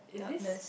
doubtless